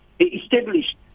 established